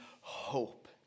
hope